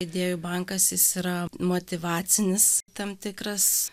idėjų bankas jis yra motyvacinis tam tikras